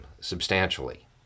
substantially